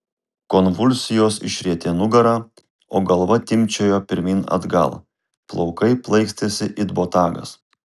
konvulsijos išrietė nugarą o galva timpčiojo pirmyn atgal plaukai plaikstėsi it botagas